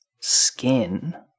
Skin